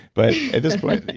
but at this point,